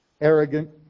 arrogant